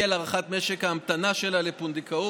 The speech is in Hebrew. על הארכת משך ההמתנה שלה לפונדקאות?